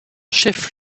chef